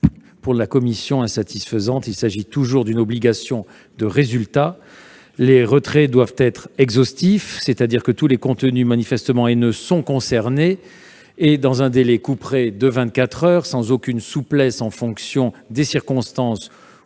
notre commission, insatisfaisante. Il s'agit toujours d'une obligation de résultat, et les retraits doivent être exhaustifs, c'est-à-dire que tous les contenus manifestement haineux sont concernés, de surcroît dans un délai couperet de vingt-quatre heures, sans aucune souplesse en fonction des circonstances